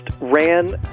ran